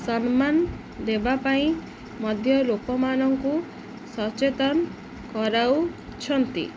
ସମ୍ମାନ ଦେବା ପାଇଁ ମଧ୍ୟ ଲୋକମାନଙ୍କୁ ସଚେତନ କରାଉଛନ୍ତି